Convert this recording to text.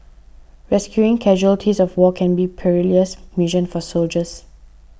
rescuing casualties of war can be a perilous mission for soldiers